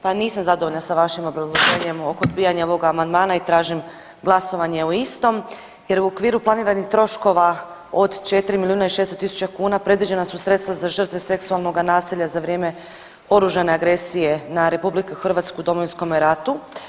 Pa nisam zadovoljna sa vašim obrazloženjem oko odbijanja ovog amandmana i tražim glasovanje o istom jer u okviru planiranih troškova od 4 milijuna i 600 tisuća kuna predviđena su sredstva za žrtve seksualnog nasilja za vrijeme oružane agresije na RH u Domovinskom ratu.